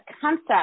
concept